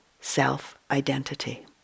self-identity